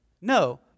No